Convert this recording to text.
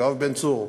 יואב בן צור,